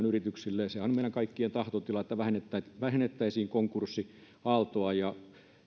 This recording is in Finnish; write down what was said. yrityksille se on meidän kaikkien tahtotila että vähennettäisiin vähennettäisiin konkurssiaaltoa ja